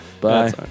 bye